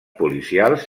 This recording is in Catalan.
policials